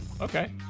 okay